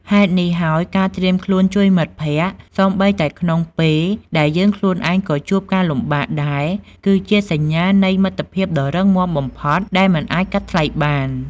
ហេតុនេះហើយ ការត្រៀមខ្លួនជួយមិត្តភក្តិសូម្បីតែក្នុងពេលដែលយើងខ្លួនឯងក៏ជួបការលំបាកដែរ គឺជាសញ្ញានៃមិត្តភាពដ៏រឹងមាំបំផុតដែលមិនអាចកាត់ថ្លៃបាន។